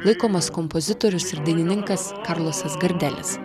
laikomas kompozitorius ir dainininkas karlosas gardelis